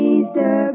Easter